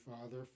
Father